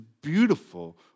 beautiful